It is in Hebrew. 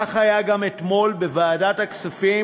כך היה גם אתמול בוועדת הכספים,